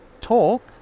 talk